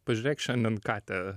pažiūrėk šiandien katę